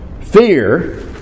Fear